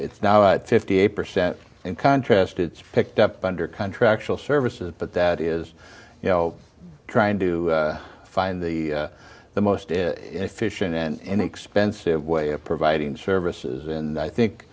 it's now fifty eight percent in contrast to picked up under contractual services but that is you know trying to find the most efficient and expensive way of providing services and i think